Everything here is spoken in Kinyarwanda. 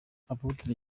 apotre